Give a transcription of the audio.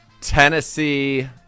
Tennessee